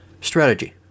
Strategy